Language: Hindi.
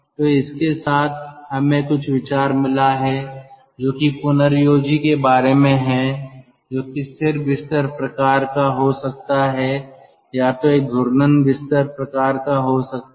तो इसके साथ हमें कुछ विचार मिला है जो कि पुनर्योजी के बारे में है जो कि स्थिर बिस्तर प्रकार का हो सकता है या जो एक घूर्णन बिस्तर प्रकार का हो सकता है